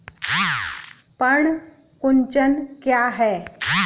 पर्ण कुंचन क्या है?